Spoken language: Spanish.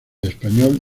español